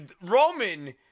Roman